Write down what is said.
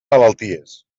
malalties